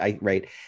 Right